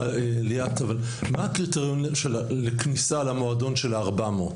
מה הקריטריונים לכניסה למועדון של הארבע מאות?